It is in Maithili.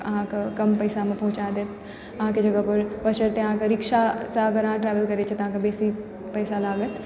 अहाँके कम पैसामे पहुँचा देत अहाँके जगहपर रिक्शासँ ट्रेवल करै छी तऽ अहाँके बेसी पैसा लागत